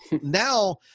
Now